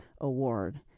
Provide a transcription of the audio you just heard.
Award